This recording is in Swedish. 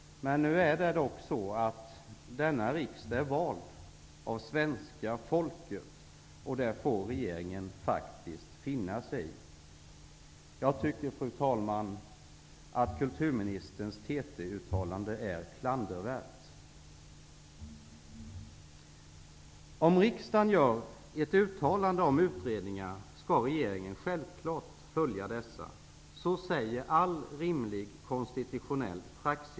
Nu är det dock så, att denna riksdag är vald av svenska folket, och det får regeringen faktiskt finna sig i. Jag tycker, fru talman, att kulturministerns TT uttalande är klandervärt. Om riksdagen gör ett uttalande om utredningar, skall regeringen självfallet följa detta. Så säger all rimlig konstitutionell praxis.